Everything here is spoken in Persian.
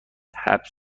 حبس